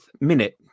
minute